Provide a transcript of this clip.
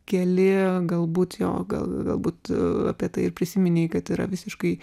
keli galbūt jo gal galbūt apie tai ir prisiminei kaip yra visiškai